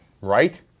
Right